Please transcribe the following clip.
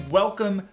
welcome